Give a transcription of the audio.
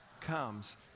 comes